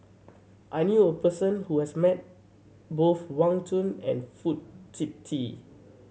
I knew a person who has met both Wang Chunde and Fong Sip Chee